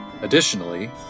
Additionally